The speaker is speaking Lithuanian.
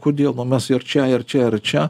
kodėl nu mes ir čia ir čia ir čia